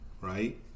Right